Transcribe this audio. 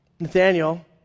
Nathaniel